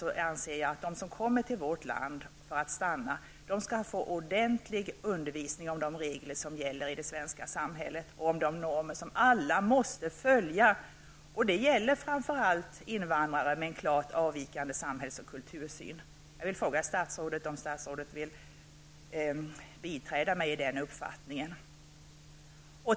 Jag anser att de som kommer till vårt land för att stanna skall få ordentlig undervisning om de regler som gäller i det svenska samhället och om de normer som alla måste följa. Det gäller framför allt invandrare med en klart avvikande samhälls och kultursyn. Jag vill fråga statsrådet om statsrådet biträder den uppfattningen.